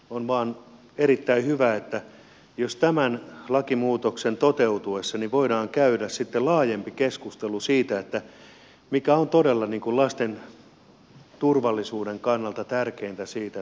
on vaan erittäin hyvä että jos tämän lakimuutoksen toteutuessa voidaan käydä laajempi keskustelu siitä mikä on todella lasten turvallisuuden kannalta tärkeintä siinä mitä tapahtuu